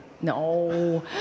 no